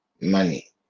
money